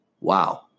Wow